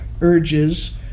urges